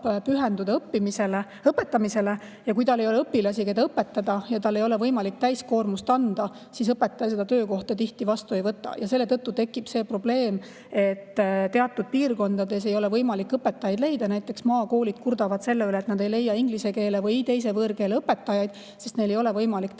pühenduda õpetamisele. Kui õpetajal ei ole õpilasi, keda õpetada, ja tal ei ole võimalik täiskoormust anda, siis ta seda töökohta tihti vastu ei võta. Selle tõttu tekib see probleem, et teatud piirkondades ei ole võimalik õpetajaid leida. Näiteks maakoolid kurdavad selle üle, et nad ei leia inglise keele või teise võõrkeele õpetajaid, sest neil ei ole võimalik sellele